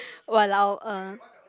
!walao! uh